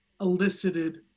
elicited